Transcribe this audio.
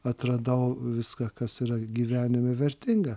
atradau viską kas yra gyvenime vertinga